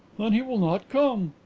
then he will not come.